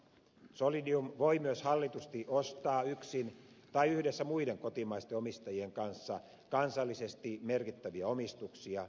solidium voi myös hallitusti ostaa yksin tai yhdessä muiden kotimaisten omistajien kanssa kansallisesti merkittäviä omistuksia